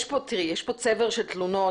יש כאן צבר של תלונות.